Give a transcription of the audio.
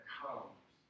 comes